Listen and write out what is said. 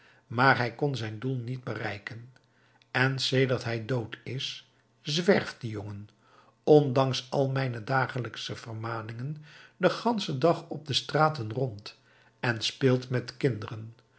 maar hij kon zijn doel niet bereiken en sedert hij dood is zwerft die jongen ondanks al mijn dagelijksche vermaningen den ganschen dag op de straten rond en speelt met kinderen